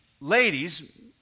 ladies